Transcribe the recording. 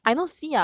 I I heard